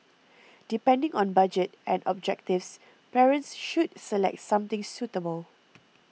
depending on budget and objectives parents should select something suitable